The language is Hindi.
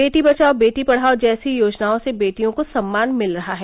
बेटी बचाओ बेटी पढाओ जैसी योजनाओं से बेटियों को सम्मान मिल रहा है